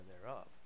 thereof